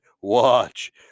watch